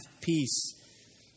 peace